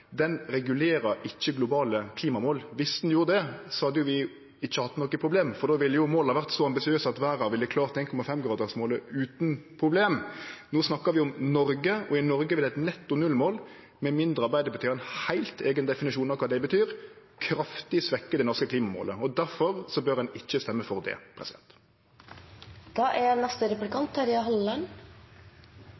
regulerer ikkje globale klimamål. Viss den gjorde det, hadde vi ikkje hatt noko problem, for då ville måla vore så ambisiøse at verda ville klart 1,5-gradersmålet utan problem. No snakkar vi om Noreg, og i Noreg vil eit netto null-mål – med mindre Arbeidarpartiet har ein heilt eigen definisjon av kva det betyr – kraftig svekkje det norske klimamålet. Difor bør ein ikkje stemme for det.